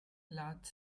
large